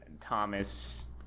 Thomas